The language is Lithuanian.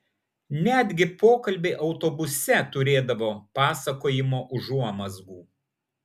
netgi pokalbiai autobuse turėdavo pasakojimo užuomazgų